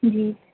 جی